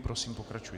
Prosím, pokračujte.